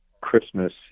Christmas